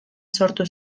sortu